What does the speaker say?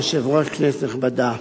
אדוני היושב-ראש, כנסת נכבדה,